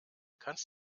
kannst